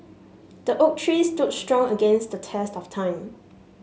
the oak tree stood strong against the test of time